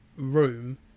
room